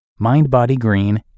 MindBodyGreen